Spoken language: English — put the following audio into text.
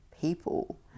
people